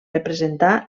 representar